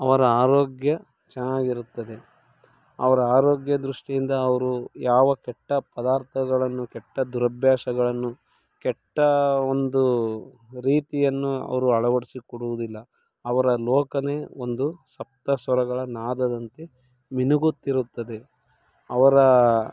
ಅವರ ಆರೋಗ್ಯ ಚೆನ್ನಾಗಿರುತ್ತದೆ ಅವರ ಆರೋಗ್ಯ ದೃಷ್ಟಿಯಿಂದ ಅವರು ಯಾವ ಕೆಟ್ಟ ಪದಾರ್ಥಗಳನ್ನು ಕೆಟ್ಟ ದುರಭ್ಯಾಸಗಳನ್ನು ಕೆಟ್ಟ ಒಂದು ರೀತಿಯನ್ನು ಅವರು ಅಳವಡಿಸಿ ಕೊಡುವುದಿಲ್ಲ ಅವರ ಲೋಕವೇ ಒಂದು ಸಪ್ತಸ್ವರಗಳ ನಾದದಂತೆ ಮಿನುಗುತ್ತಿರುತ್ತದೆ ಅವರ